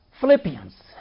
Philippians